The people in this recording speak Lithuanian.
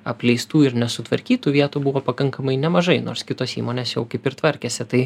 apleistų ir nesutvarkytų vietų buvo pakankamai nemažai nors kitos įmonės jau kaip ir tvarkėsi tai